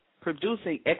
producing